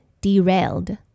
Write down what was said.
derailed